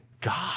God